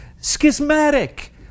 schismatic